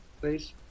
please